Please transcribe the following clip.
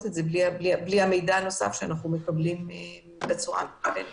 זאת ללא המידע הנוסף שאנחנו מקבלים בעזרת האמצעים המכניים.